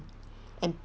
and